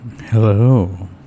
Hello